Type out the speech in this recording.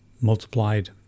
multiplied